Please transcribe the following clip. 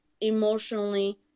emotionally